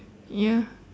ya